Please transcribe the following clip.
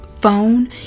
phone